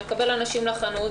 שמקבל אנשים לחנות.